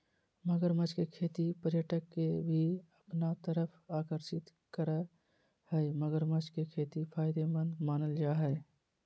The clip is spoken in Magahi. मगरमच्छ के खेती पर्यटक के भी अपना तरफ आकर्षित करअ हई मगरमच्छ के खेती फायदेमंद मानल जा हय